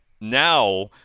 now